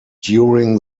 during